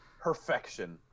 Perfection